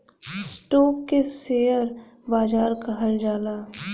stock के share बाजार कहल जाला